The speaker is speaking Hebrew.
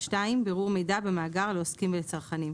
בירור מידע במאגר לעוסקים ולצרכנים.